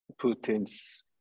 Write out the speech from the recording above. Putin's